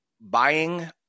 buying